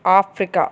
Africa